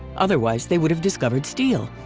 otherwise they would have discovered steel!